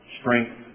strength